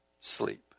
sleep